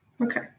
Okay